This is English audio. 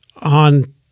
on